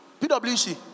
PwC